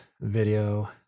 video